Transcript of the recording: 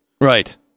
Right